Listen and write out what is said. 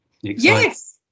Yes